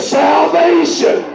salvation